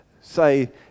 say